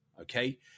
okay